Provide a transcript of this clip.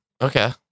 Okay